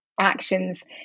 actions